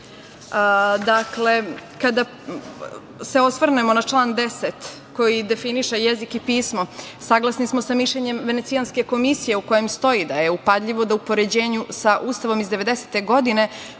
države. Kada se osvrnemo na član 10, koji definiše jezik i pismo, saglasni smo sa mišljenjem Venecijanske komisije, u kojem stoji da je upadljivo da u poređenju sa Ustavom iz 1990. godine